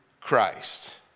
Christ